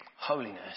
Holiness